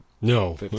no